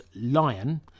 Lion